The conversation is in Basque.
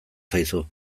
zaizu